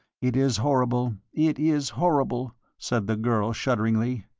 it is horrible, it is horrible, said the girl, shudderingly.